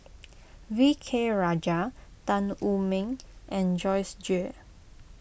V K Rajah Tan Wu Meng and Joyce Jue